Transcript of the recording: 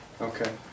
Okay